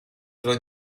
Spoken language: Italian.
tra